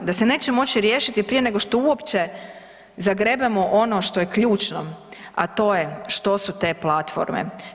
Da se neće moći riješiti prije nego što uopće zagrebemo ono što je ključno, a to je što su te platforme.